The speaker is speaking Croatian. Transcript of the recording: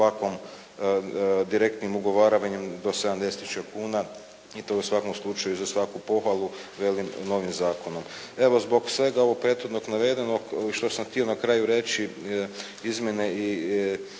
ovako direktnim ugovaranjem do 70 tisuća kuna i u to u svakom slučaju za svaku pohvalu velim novim zakonom. Evo, zbog svega ovog prethodno navedenog što sam htio na kraju reći izmjenama